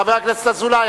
חבר הכנסת אזולאי,